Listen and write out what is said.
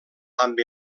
amb